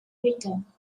return